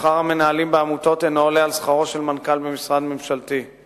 שכר המנהלים בעמותות אינו עולה על שכרו של מנכ"ל במגזר הממשלתי,